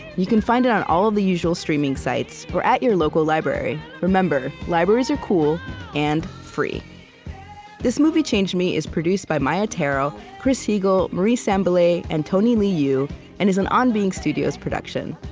you can find it on all of the usual streaming sites, or at your local library. remember, libraries are cool and free this movie changed me is produced by maia tarrell, chris heagle, marie sambilay, and tony liu, and is an on being studios production.